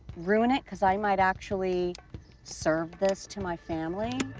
ruin it, cause i might actually serve this to my family.